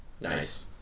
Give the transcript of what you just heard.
Nice